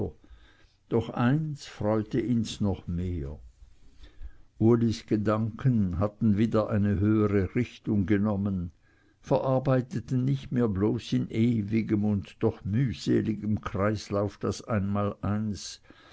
doch eins freute ihns noch mehr ulis gedanken hatten wieder eine höhere richtung genommen verarbeiteten nicht mehr bloß in ewigem und doch mühseligem kreislauf das einmaleins